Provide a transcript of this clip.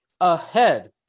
ahead